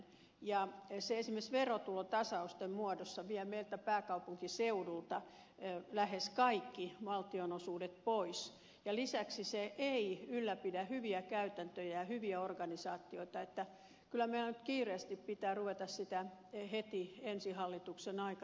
se esimerkiksi verotulotasausten muodossa vie meiltä pääkaupunkiseudulta lähes kaikki valtionosuudet pois ja lisäksi se ei ylläpidä hyviä käytäntöjä ja hyviä organisaatioita että kyllä meillä nyt kiireesti pitää ruveta sitä heti ensi hallituksen aikana tekemään